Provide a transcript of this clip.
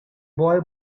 boy